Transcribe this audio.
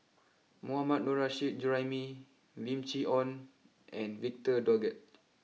Mohammad Nurrasyid Juraimi Lim Chee Onn and Victor Doggett